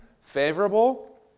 favorable